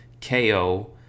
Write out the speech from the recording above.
KO